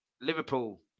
Liverpool